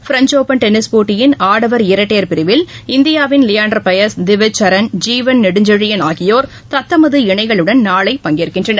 French open tennis போட்டியின் ஆடவர் இரட்டையர் பிரிவில் இந்தியாவின் லியாண்டர் பெயஸ் திவிச்க்சரண ஜீவன் நெடுஞ்செழியன் ஆகியோர் தத்தமது இணைகளுடன் நாளை பங்கேற்கின்றனர்